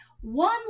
One